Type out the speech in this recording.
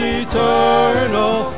eternal